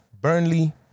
Burnley